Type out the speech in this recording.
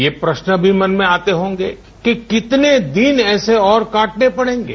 ये प्रश्नी भी मन में आते होंगे कि कितने दिन ऐसे और काटने पड़ेगे